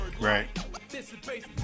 Right